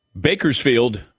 Bakersfield